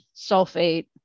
sulfate